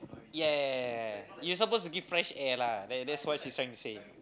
ya ya ya ya ya you supposed to give fresh air lah that that's what she's trying to say